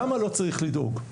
למה לא צריך לדאוג?